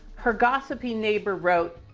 her gossipy neighbor wrote.